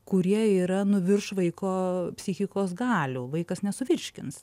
kurie yra nu virš vaiko psichikos galių vaikas nesuvirškins